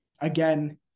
again